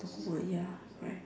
would ya correct